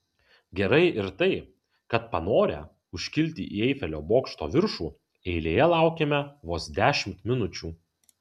gerai ir tai kad panorę užkilti į eifelio bokšto viršų eilėje laukėme vos dešimt minučių